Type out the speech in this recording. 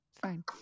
fine